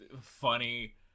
funny